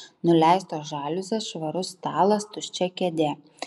nuleistos žaliuzės švarus stalas tuščia kėdė